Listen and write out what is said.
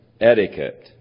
etiquette